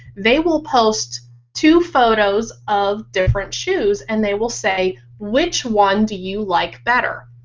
they will post two photos of different shoes and they will say, which one do you like better?